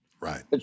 Right